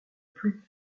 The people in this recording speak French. plus